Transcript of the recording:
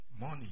Money